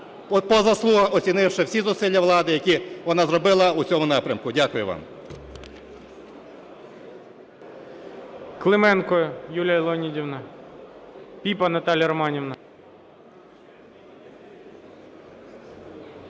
по заслугах оцінивши всі зусилля влади, які вона зробила у цьому напрямку. Дякую вам.